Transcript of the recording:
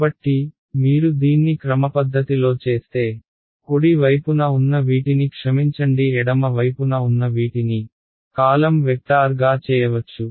కాబట్టి మీరు దీన్ని క్రమపద్ధతిలో చేస్తే కుడి వైపున ఉన్న వీటిని క్షమించండి ఎడమ వైపున ఉన్న వీటిని కాలమ్ వెక్టార్గా చేయవచ్చు